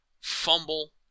Fumble